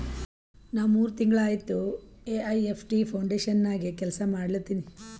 ನಾ ಮೂರ್ ತಿಂಗುಳ ಆಯ್ತ ಎ.ಐ.ಎಫ್.ಟಿ ಫೌಂಡೇಶನ್ ನಾಗೆ ಕೆಲ್ಸಾ ಮಾಡ್ಲತಿನಿ